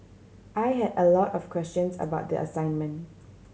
I had a lot of questions about the assignment